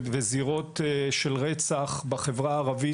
שזירות של רצח בחברה הערבית,